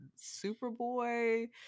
Superboy